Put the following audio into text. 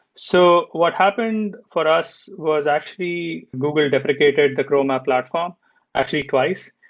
so what happened for us was actually google deprecated the chrome app platform actually twice,